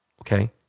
Okay